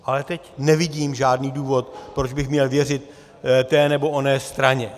Ale teď nevidím žádný důvod, proč bych měl věřit té nebo oné straně.